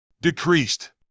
Decreased